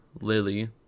Lily